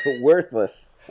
Worthless